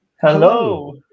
Hello